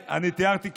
אני תיארתי,